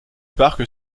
parc